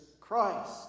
Christ